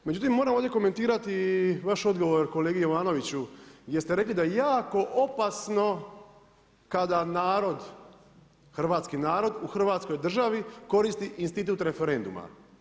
Međutim moram ovdje komentirati i vaš odgovor kolegi Jovanoviću gdje ste rekli da je jako opasno kada narod, hrvatski narod u Hrvatskoj državi koristiti institut referenduma.